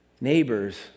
Neighbors